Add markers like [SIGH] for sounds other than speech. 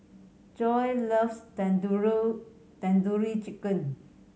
Joi loves [UNINTELLIGIBLE] Tandoori Chicken